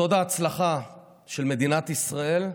סוד ההצלחה של מדינת ישראל,